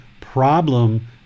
problem